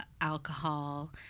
alcohol